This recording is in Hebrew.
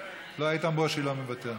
לא, איתן ברושי לא מוותר.